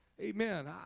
Amen